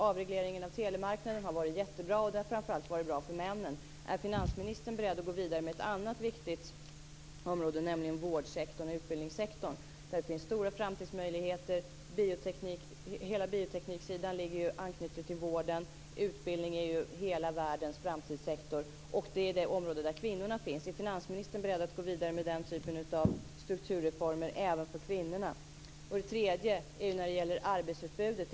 Avregleringen av telemarknaden har varit jättebra, och det har framför allt varit bra för männen. Är finansministern beredd att gå vidare med ett annat viktigt område, nämligen vårdsektorn och utbildningssektorn? Där finns stora framtidsmöjligheter. Hela biotekniksidan ligger i anknytning till vården. Utbildning är hela världens framtidssektor, och det är det område där kvinnorna finns. Är finansministern beredd att gå vidare med den typen av strukturreformer även för kvinnorna? En annan fråga är arbetsutbudet.